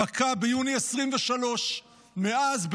פקע ביוני 2023. מאז,